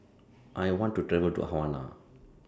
I want to travel to Havana